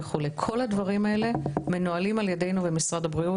כל הדברים האלה מנוהלים על ידינו במשרד הבריאות.